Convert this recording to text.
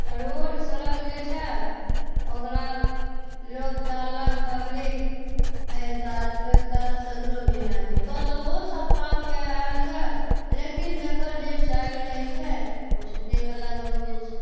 road सड़क जे छै ओकरा लोक चाहलक पब्लिक अइ कात ओहि कात सगरो घिनाए दी कतबो सफा कए आयल गऽ लेकिन जकर जे चालि रहै छै ओ छुटै वाला गप नहि छै